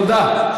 תודה.